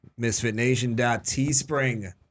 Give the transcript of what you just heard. MisfitNation.Teespring